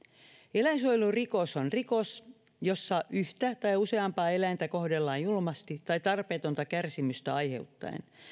eläinsuojelurikos on rikos jossa yhtä tai useampaa eläintä kohdellaan julmasti tai tarpeetonta kärsimystä aiheuttaen